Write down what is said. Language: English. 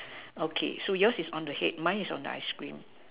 okay so yours is on the head mine is on the ice cream